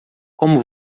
como